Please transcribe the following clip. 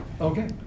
Okay